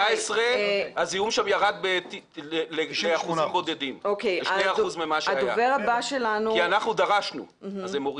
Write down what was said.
הזיהום ירד באחוזים בודדים כי אנחנו דרשנו והם הורידו.